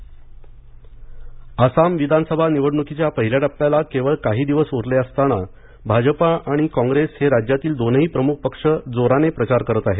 आसाम निवडणूक आसाम विधानसभा निवडणुकीच्या पहिल्या टप्प्याला केवळ काही दिवस उरले असताना भाजपा आणि कॉंग्रैस हे राज्यातील दोनही प्रमुख पक्ष जोमाने प्रचार करत आहेत